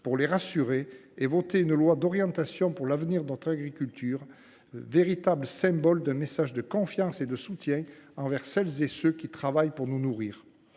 pour les rassurer et voter une loi d’orientation pour l’avenir de notre agriculture, véritable symbole d’un message de confiance et de soutien envers celles et ceux qui travaillent pour nous nourrir.